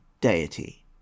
deity